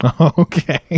Okay